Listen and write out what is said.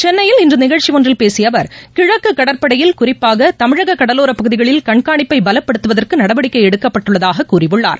சென்னையில் இன்றுநிகழ்ச்சிஒன்றில் பேசியஅவர் கிழக்குகடற்படையில் குறிப்பாகதமிழககடலோரப் பகுதிகளில் கண்காணிப்பைபலப்படுத்துவதற்குநடவடிக்கைஎடுக்கப்பட்டுள்ளதாககூறினார்